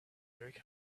erik